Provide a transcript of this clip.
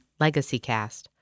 LegacyCast